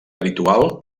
habitual